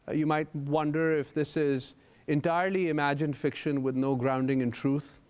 ah you might wonder if this is entirely imagined fiction with no grounding in truth.